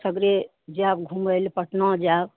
सगरे जायब घुमै लए पटना जायब